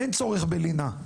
אין צורך בלינה,